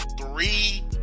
three